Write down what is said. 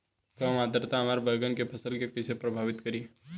कम आद्रता हमार बैगन के फसल के कइसे प्रभावित करी?